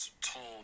told